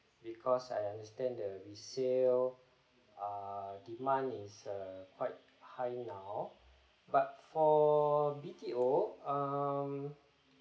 because I understand that resale ah demand is uh quite high now but for B_T_O um